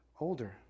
older